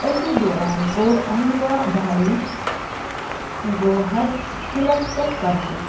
أتھۍ دوران کوٚر اہلیہ بھایی گوہد قِلَعس پٮ۪ٹھ قبضہٕ